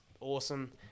awesome